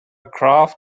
graph